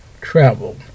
travel